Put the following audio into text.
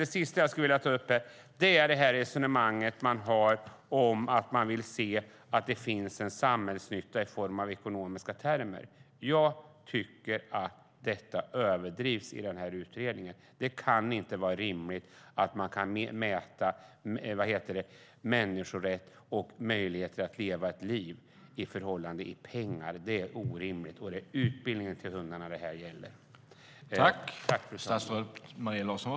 Det sista jag skulle vilja ta upp är resonemanget om att det ska finnas en samhällsnytta utifrån ett ekonomiskt perspektiv. Jag tycker att det överdrivs i utredningen. Det kan inte vara rimligt att i pengar mäta människorätt och möjligheten att leva ett liv. Det är orimligt. Det handlar om utbildning av hundar.